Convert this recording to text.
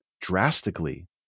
drastically